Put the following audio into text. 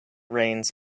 rains